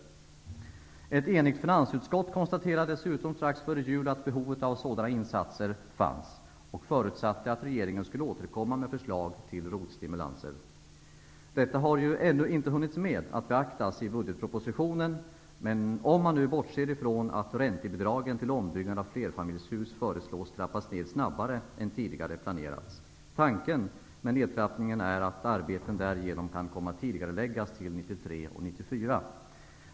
Dessutom konstaterade ett enigt finansutskott strax före jul att behovet av sådana insatser fanns. Man förutsatte att regeringen skulle återkomma med förslag till ROT-stimulanser. Detta har ännu inte hunnits med i budgetpropositionen, bortsett från att räntebidragen till ombyggnad av flerfamiljshus föreslås bli nedtrappade snabbare än tidigare planerat. Tanken med nedtrappningen är att arbeten därigenom kan tidigareläggas till 1993 och 1994.